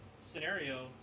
scenario